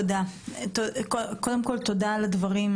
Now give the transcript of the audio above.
תודה על הדברים,